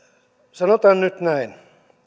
sanotaan nyt näin